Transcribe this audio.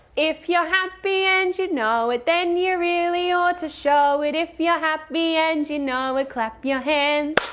if you're happy and you know it then you really ought to show it. if you're happy and you know it clap your hands.